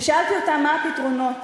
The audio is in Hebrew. ושאלתי אותם: מה הפתרונות,